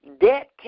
Debt